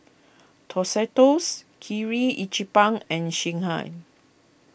Tostitos Kirin Ichiban and Singha